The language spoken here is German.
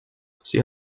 sie